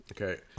okay